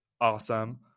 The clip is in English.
Awesome